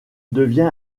devient